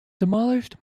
demolished